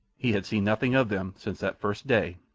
he had seen nothing of them since that first day,